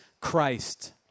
Christ